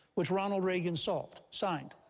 which ronald reagan solved signed.